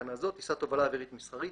בתקנה זו - "טיסת תובלה אווירית מסחרית"